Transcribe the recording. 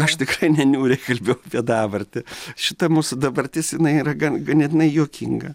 aš tikrai neniūriai kalbėjau apie dabartį šita mūsų dabartis jinai yra gan ganėtinai juokinga